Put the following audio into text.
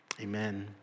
Amen